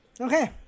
Okay